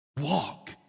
walk